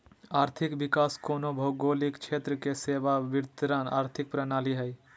आर्थिक विकास कोनो भौगोलिक क्षेत्र के सेवा वितरण आर्थिक प्रणाली हइ